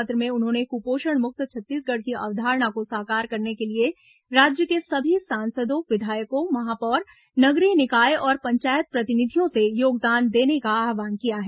पत्र में उन्होंने कुपोषण मुक्त छत्तीसगढ़ की अवधारणा को साकार करने के लिए राज्य के सभी सांसदों विधायकों महापौर नगरीय निकाय और पंचायत प्रतिनिधियों से योगदान देने का आव्हान किया है